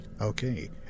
Okay